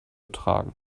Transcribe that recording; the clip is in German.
tragen